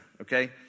okay